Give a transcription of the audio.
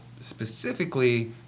specifically